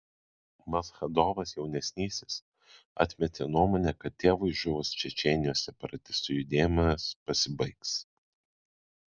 maschadovas jaunesnysis atmetė nuomonę kad tėvui žuvus čečėnijos separatistų judėjimas pasibaigs